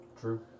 True